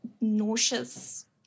nauseous